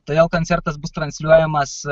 todėl koncertas bus transliuojamas